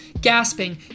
gasping